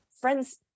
friends